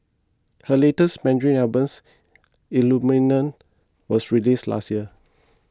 her latest Mandarin Album Illuminate was released last year